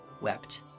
wept